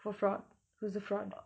for fraud who's a fraud